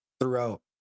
throughout